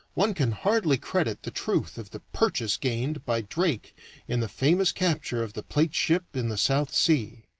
one can hardly credit the truth of the purchase gained by drake in the famous capture of the plate ship in the south sea.